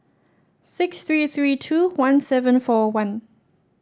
six three three two one seven four one